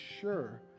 sure